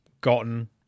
gotten